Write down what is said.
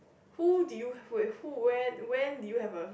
who did you with who when when did you have a